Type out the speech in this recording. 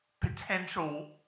potential